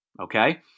okay